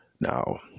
now